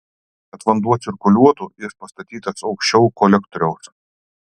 kad vanduo cirkuliuotų jis pastatytas aukščiau kolektoriaus